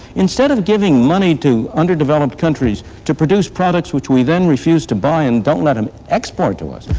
instead of giving money to underdeveloped countries to produce products which we then refuse to buy and don't let them export to us,